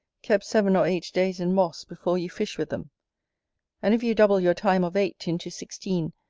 kept seven or eight days in moss before you fish with them and if you double your time of eight into sixteen,